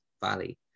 valley